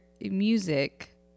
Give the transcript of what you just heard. music